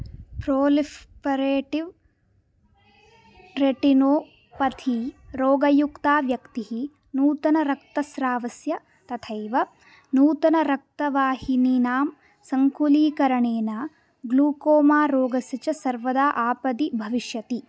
प्रोलिफ़् परेटिव् retinopathy रोगयुक्ता व्यक्तिः नूतनरक्तस्रावस्य तथैव नूतनरक्तवाहिनीनां सङ्कुलीकरणेन ग्लूकोमा रोगस्य च सर्वदा आपदि भविष्यति